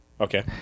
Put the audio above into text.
Okay